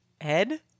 Ed